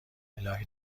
الهی